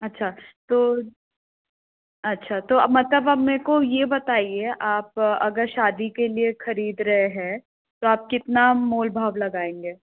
अच्छा तो अच्छा तो अप मतलब अब मेरे को ये बताइए आप अगर शादी के लिए खरीद रहे हैं तो आप कितना मोल भाव लगाएंगे